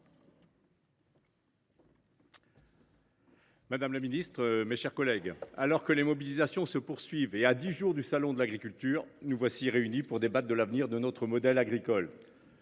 madame la ministre, mes chers collègues, alors que les mobilisations se poursuivent, et à dix jours de l’ouverture du salon de l’agriculture, nous voici réunis pour débattre de l’avenir de notre modèle agricole.